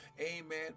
amen